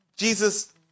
Jesus